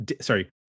Sorry